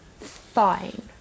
Fine